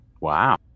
Wow